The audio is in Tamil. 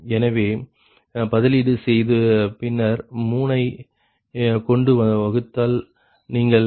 எனவே பதிலீடு செய்து பின்னர் 3 ஜக் கொண்டு வகுத்தால் நீங்கள் 0